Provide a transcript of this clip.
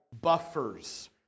buffers